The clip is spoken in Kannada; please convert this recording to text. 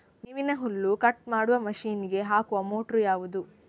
ಮೇವಿನ ಹುಲ್ಲು ಕಟ್ ಮಾಡುವ ಮಷೀನ್ ಗೆ ಹಾಕುವ ಮೋಟ್ರು ಯಾವುದು?